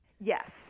Yes